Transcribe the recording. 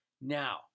now